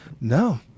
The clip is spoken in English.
no